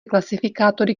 klasifikátory